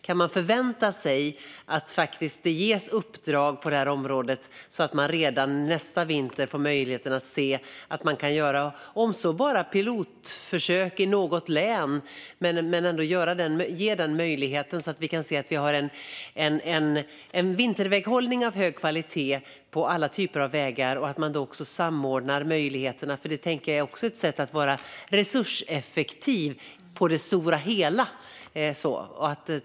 Kan man förvänta sig att det ges uppdrag på detta område, så att man redan nästa vinter får möjlighet att se att man kan göra något försök, om så bara pilotförsök i något län? Det handlar om att ge den möjligheten så att vi kan se att vi har en vinterväghållning av hög kvalitet på alla typer av vägar. Då kan man också samordna möjligheterna, för det tänker jag är ett sätt att vara resurseffektiv på det stora hela.